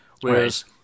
Whereas